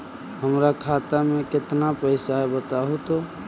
हमर खाता में केतना पैसा है बतहू तो?